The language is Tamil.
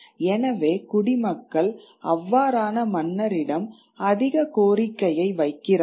எனவே குடிமக்கள் அவ்வாறான மன்னரிடம் அதிக கோரிக்கையை வைக்கிறார்கள்